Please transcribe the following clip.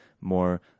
more